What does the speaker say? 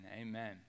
Amen